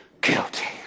guilty